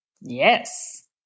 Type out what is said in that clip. Yes